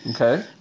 Okay